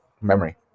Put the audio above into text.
memory